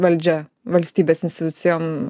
valdžia valstybės institucijom